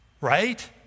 right